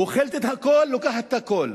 אוכלת את הכול, לוקחת את הכול.